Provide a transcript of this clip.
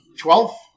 Twelve